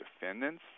defendant's